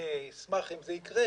אני אשמח אם זה יקרה,